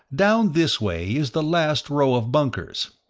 down this way is the last row of bunkers.